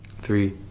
Three